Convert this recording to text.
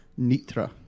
Nitra